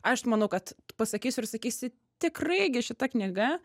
aš manau kad pasakysiu ir sakysi tikrai gi šita knyga